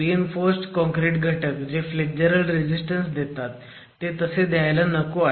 RC घटक जे flexural resistance देतात ते तसे द्यायला नको आहेत